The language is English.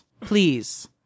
please